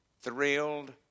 thrilled